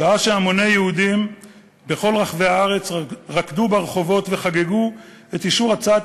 שעה שהמוני יהודים בכל רחבי הארץ רקדו ברחובות וחגגו את אישור הצעת